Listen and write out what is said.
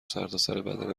سرتاسربدن